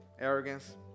arrogance